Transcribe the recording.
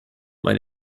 man